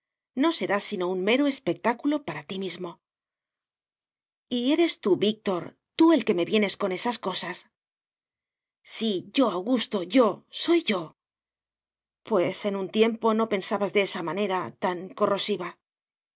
no serás sino un mero espectáculo para ti mismo y eres tú tú víctor tú el que me vienes con esas cosas sí yo augusto yo soy yo pues en un tiempo no pensabas de esa manera tan corrosiva